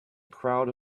crowd